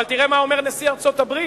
אבל תראה מה אומר נשיא ארצות-הברית,